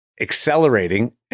accelerating